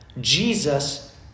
Jesus